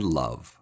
love